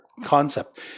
Concept